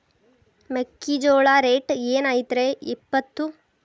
ಮೆಕ್ಕಿಜೋಳ ರೇಟ್ ಏನ್ ಐತ್ರೇ ಇಪ್ಪತ್ತು?